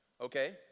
okay